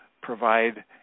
provide